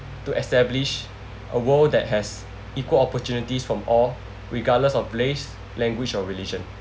to establish a world that has equal opportunities from all regardless of place language or religion